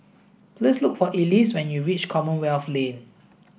please look for Elease when you reach Commonwealth Lane